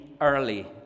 early